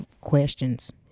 questions